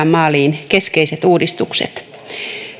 maaliin keskeiset uudistukset